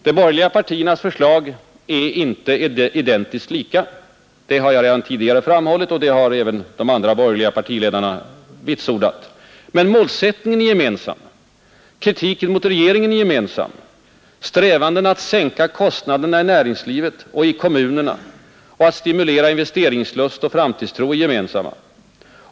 De borgerliga partiernas förslag är inte identiskt lika — det har jag redan tidigare framhållit, och det har även de andra borgerliga partiledarna vitsordat. Men målsättningen är gemensam. Kritiken mot regeringen är gemensam. Strävandena att sänka kostnaderna i näringslivet och i kommunerna och att stimulera investeringslust och framtidstro är gemensamma.